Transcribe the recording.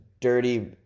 dirty